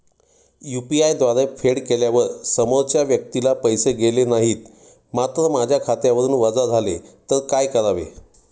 UPI द्वारे फेड केल्यावर समोरच्या व्यक्तीला पैसे गेले नाहीत मात्र माझ्या खात्यावरून वजा झाले तर काय करावे?